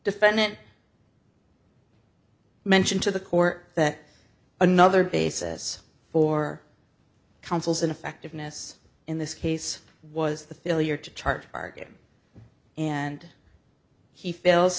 defendant mention to the court that another basis for counsel's ineffectiveness in this case was the failure to charge bargain and he fails